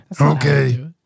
Okay